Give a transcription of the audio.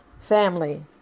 family